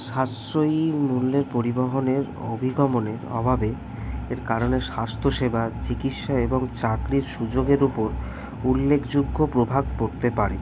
সাশ্রয়ী মূল্যের পরিবহনের অভিগমনের অভাবে এর কারণে স্বাস্থ্য সেবা চিকিৎসা এবং চাকরির সুযোগের উপর উল্লেখযোগ্য প্রভাব পড়তে পারে